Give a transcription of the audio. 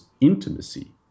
intimacy